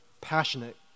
passionate